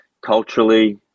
culturally